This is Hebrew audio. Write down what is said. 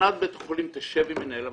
הנהלת בית החולים תשב עם מנהל המחלקה,